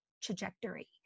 trajectory